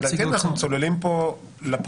לדעתי אנחנו צוללים פה לפרטים,